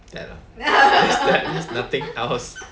that ah just that there's nothing else